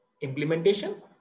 implementation